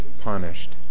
punished